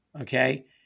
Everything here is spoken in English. Okay